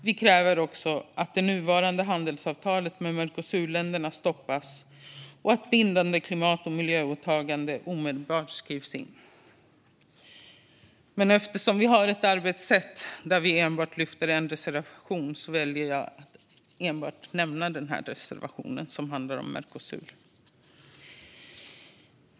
Vi kräver också att det nuvarande handelsavtalet med Mercosurländerna stoppas och att bindande klimat och miljöåtaganden omedelbart skrivs in. Men eftersom vi har ett arbetssätt som innebär att vi lyfter fram en enda reservation väljer jag att enbart nämna den reservation som handlar om Mercosur.